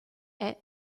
est